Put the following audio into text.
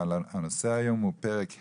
הנושא היום הוא פרק ה'